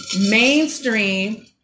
mainstream